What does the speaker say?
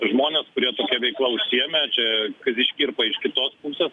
žmones kurie tokia veikla užsiėmė čia škirpa iš kitos pusės